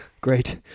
Great